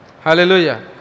Hallelujah